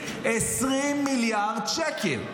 20 מיליארד שקל.